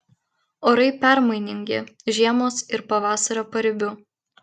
orai permainingi žiemos ir pavasario paribiu